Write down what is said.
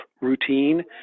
routine